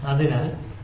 അതിനാൽ അതാണ്